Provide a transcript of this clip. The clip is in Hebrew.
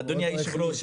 אדוני היושב-ראש,